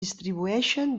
distribueixen